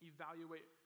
Evaluate